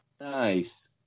Nice